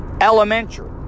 Elementary